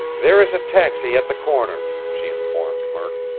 there is a taxi at the corner, she informed murk.